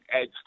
edge